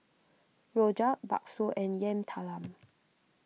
Rojak Bakso and Yam Talam